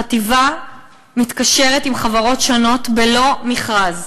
החטיבה מתקשרת עם חברות שונות בלא מכרז.